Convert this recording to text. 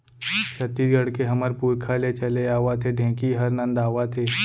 छत्तीसगढ़ के हमर पुरखा ले चले आवत ढेंकी हर नंदावत हे